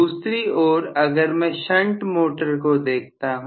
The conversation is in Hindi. दूसरी ओर अगर मैं शंट मोटर को देखता हूं